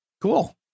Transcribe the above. cool